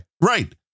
right